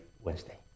Wednesday